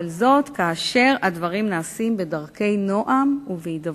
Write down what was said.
אבל זאת כאשר הדברים נעשים בדרכי נועם ובהידברות.